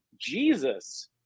jesus